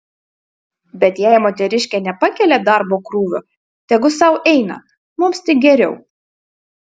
bet jei moteriškė nepakelia darbo krūvio tegu sau eina mums tik geriau